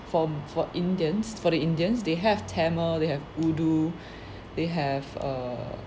from for indians for the indians they have tamil they have urdu they have err